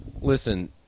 Listen